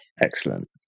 excellent